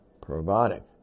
probiotic